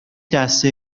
دسته